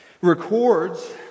records